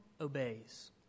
obeys